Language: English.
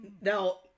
Now